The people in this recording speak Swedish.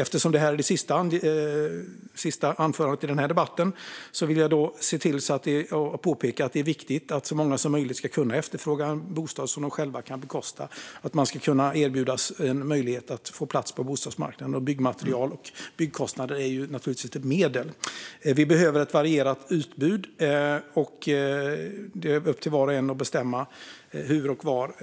Eftersom detta är mitt sista anförande i den här debatten vill jag påpeka att det är viktigt att så många som möjligt ska kunna efterfråga en bostad som de själva kan bekosta - att man ska kunna erbjudas en möjlighet att få plats på bostadsmarknaden. Byggmaterial och byggkostnader är naturligtvis ett medel. Vi behöver ett varierat utbud. Det är upp till var och en att bestämma hur och var